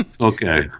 Okay